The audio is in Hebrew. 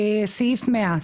סעיף 100,